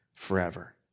Forever